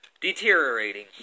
deteriorating